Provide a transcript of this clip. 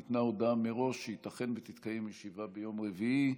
ניתנה הודעה מראש שייתכן שתתקיים ישיבה ביום רביעי,